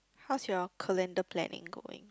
how's your calendar planning going